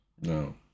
No